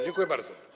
Dziękuję bardzo.